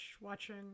watching